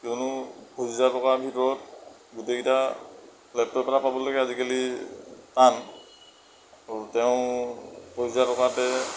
কিয়নো পঁচিছ হেজাৰ টকাৰ ভিতৰত গোটেইকেইটা লেপটপ এটা পাবলৈকে আজিকালি টান আৰু তেওঁ পঁচিছ হেজাৰ টকাতে